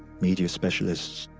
media specialists,